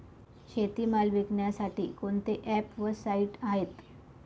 शेतीमाल विकण्यासाठी कोणते ॲप व साईट आहेत?